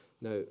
Now